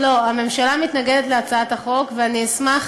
הממשלה מתנגדת להצעת החוק, ואני אשמח